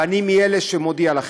ואני מאלה, אני מודיע לכם: